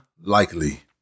likely